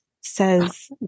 says